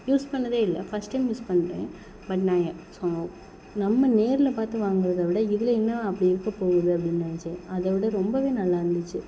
use பண்ணதே இல்லை first time use பண்ணுறேன் ஸோ நம்ம நேரில் பார்த்து வாங்கறதை விட இதில் என்ன அப்படி இருக்கபோவுது அப்படின்னு நினச்சேன் அதை விட ரொம்பவே நல்லா இருந்துச்சு